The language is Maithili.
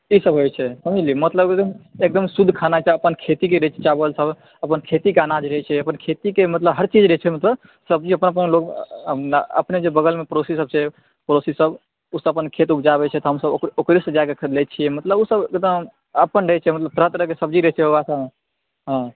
की खबर छै समझली मतलब एकदम एकदम शुद्ध खाना छै अपन खेतीके रहै छै चावल तावल अपन खेतीके अनाज रहै छै खेतीके मतलब हर चज रहै छै मतलब सब्जी अपन अपन लोग अपने जे बगलमे पड़ोसी सब जे छै पड़ोसी सब उसब अपन खेत उपजाबै छै तऽ हमसब ओकरेसँ जाकऽ खरीद लै छी मतलब उ सब एकदम अपन रहै छै तरह तरह सब्जी रहै छै ओकरा सब लग हँ